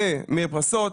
במרפסות,